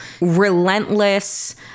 relentless